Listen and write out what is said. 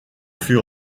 fut